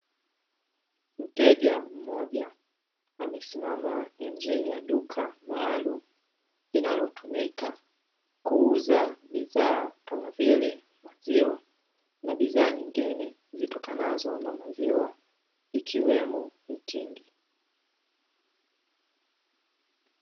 Mteja mmoja amesimama nje ya duka maalumu linalotumika kuuza bidhaa kama vile maziwa na bidhaa nyingine zitokanazo na maziwa ikiwemo mtindi.